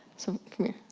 so, come here.